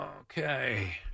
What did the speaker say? Okay